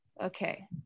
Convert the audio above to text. Okay